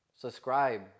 Subscribe